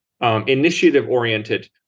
initiative-oriented